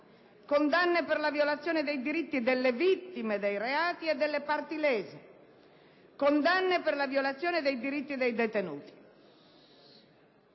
condanne per la violazione dei diritti delle vittime dei reati e delle parti lese, condanne per la violazione dei diritti dei detenuti.